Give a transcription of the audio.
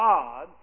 God